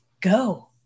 go